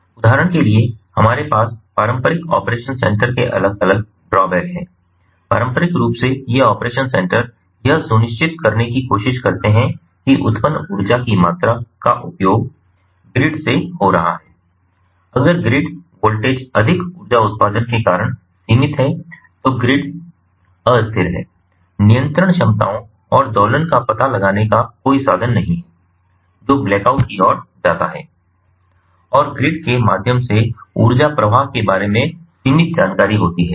इसलिए उदाहरण के लिए हमारे पास पारंपरिक ऑपरेशन सेंटर के अलग अलग ड्रा बैक हैं पारंपरिक रूप से ये ऑपरेशन सेंटर यह सुनिश्चित करने की कोशिश करते हैं कि उत्पन्न ऊर्जा की मात्रा का उपयोग ग्रिड से हो रहा है अगर ग्रिड वोल्टेज अधिक ऊर्जा उत्पादन के कारण सीमित है तो ग्रिड अस्थिर है नियंत्रण क्षमताओं और दोलन का पता लगाने का कोई साधन नहीं है जो ब्लैकआउट की ओर जाता है और ग्रिड के माध्यम से ऊर्जा प्रवाह के बारे में सीमित जानकारी होती है